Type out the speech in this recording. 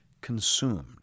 consumed